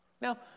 Now